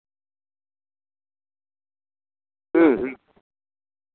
ᱦᱩᱸ ᱦᱩᱸ